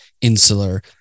insular